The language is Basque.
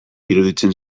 iruditzen